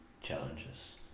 challenges